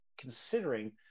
considering